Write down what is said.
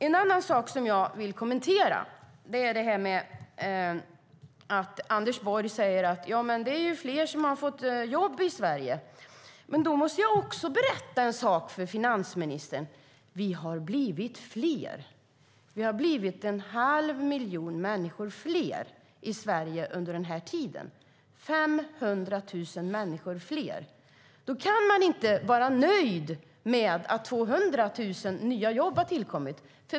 En annan sak jag vill kommentera är att Anders Borg säger att fler har fått jobb i Sverige. Men då måste jag berätta en sak för finansministern: Vi har blivit fler, en halv miljon människor fler, i Sverige under den här tiden - 500 000 människor fler. Då kan man inte vara nöjd med att 200 000 nya jobb har tillkommit.